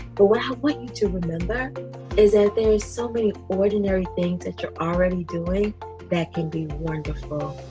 but what i want you to remember is that there's so many ordinary things that you're already doing that can be wonderful.